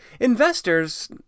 investors